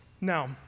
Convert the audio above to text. Now